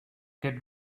get